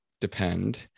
depend